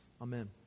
Amen